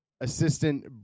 Assistant